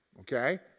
okay